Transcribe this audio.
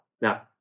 Now